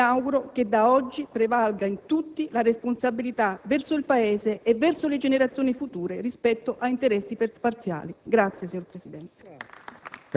Mi auguro che da oggi prevalga in tutti la responsabilità verso il Paese e verso le generazioni future, rispetto a interessi parziali. *(Applausi dai